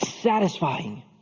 satisfying